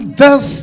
thus